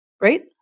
Right